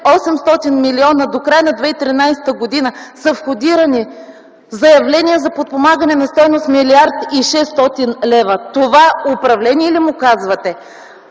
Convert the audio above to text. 800 милиона до края на 2013 г. са входирани заявления за подпомагане на стойност 1 млрд. 600 лв. На това управление ли му казвате?